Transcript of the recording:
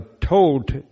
told